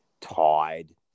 tied